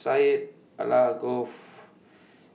Syed Alsagoff